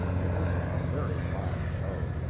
it was a very fine show.